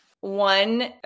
one